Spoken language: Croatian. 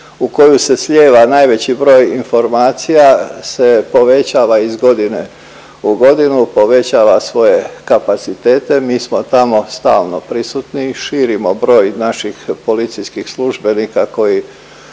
u koju se slijeva najveći broj informacija se povećava iz godine u godinu, povećava svoje kapacitete. Mi smo tamo stalno prisutni i širimo broj naših policijskih službenika koji